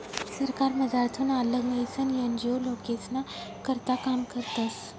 सरकारमझारथून आल्लग व्हयीसन एन.जी.ओ लोकेस्ना करता काम करतस